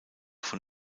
von